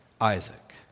Isaac